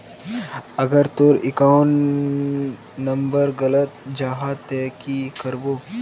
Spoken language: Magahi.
अगर तोर अकाउंट नंबर गलत जाहा ते की करबो?